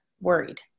worried